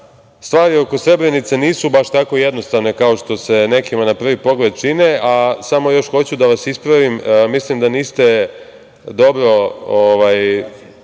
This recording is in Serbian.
stvari oko Srebrenice nisu baš tako jednostavne kao što se nekima na prvi pogled čine, a samo još hoću da vas ispravim mislim da se niste dobro